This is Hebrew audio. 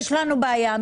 יש לנו בעיה.